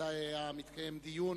ודאי היה מתקיים דיון